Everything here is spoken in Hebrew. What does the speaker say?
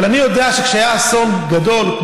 אבל אני יודע שכשהיה אסון גדול,